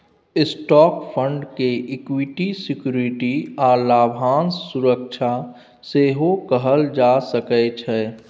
stock fund के equity security आ लाभांश सुरक्षा सेहो कहल जा सकइ छै